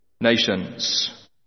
nations